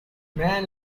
man